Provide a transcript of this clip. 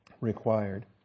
required